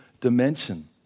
dimension